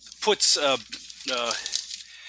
puts